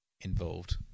involved